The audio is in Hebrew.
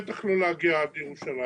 בטח לא להגיע עד ירושלים.